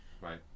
Right